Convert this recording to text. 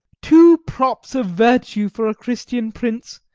two props of virtue for a christian prince,